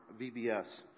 VBS